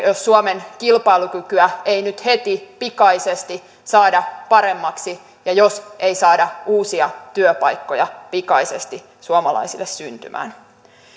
jos suomen kilpailukykyä ei nyt heti pikaisesti saada paremmaksi ja jos ei saada uusia työpaikkoja pikaisesti suomalaisille syntymään